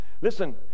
Listen